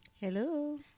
Hello